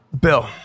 Bill